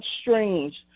strange